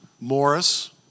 Morris